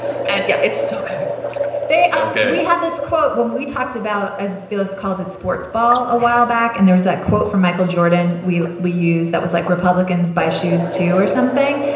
and yeah it's soccer they um we had this quote when we talked about, as phyllis calls it, sports ball a while back. and there's that quote from michael jordan. we we used that was like republicans buy shoes, too, or something.